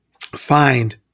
find